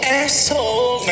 asshole